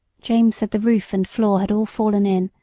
james said the roof and floor had all fallen in,